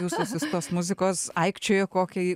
jūsų siųstos muzikos aikčiojo kokia ji